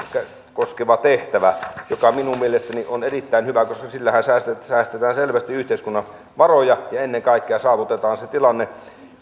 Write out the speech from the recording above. koskeva tehtävä mikä minun mielestäni on erittäin hyvä koska sillähän säästetään selvästi yhteiskunnan varoja ja ennen kaikkea saavutetaan se tilanne